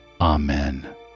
Amen